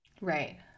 Right